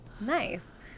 Nice